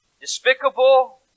despicable